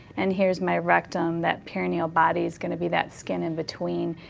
and here's my rectum, that perineal body's gonna be that skin in between.